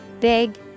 Big